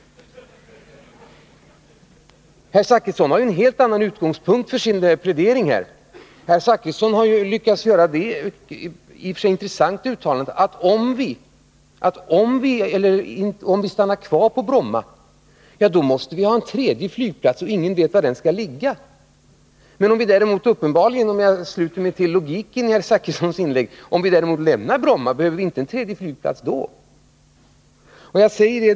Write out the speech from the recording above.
Herr Zachrisson har en helt annan utgångspunkt för sin plädering. Han har lyckats att göra det i och för sig intressanta uttalandet att om vi stannar kvar på Bromma måste vi ha en tredje flygplats, och ingen vet var den skall ligga, men om vi lämnar Bromma, behöver vi inte en tredje flygplats. Var finns logiken?